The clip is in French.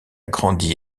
grandi